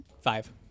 Five